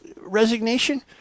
resignation